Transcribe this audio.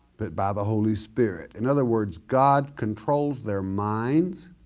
but by the holy spirit, in other words god controls their minds